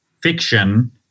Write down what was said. fiction